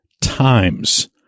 times